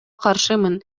каршымын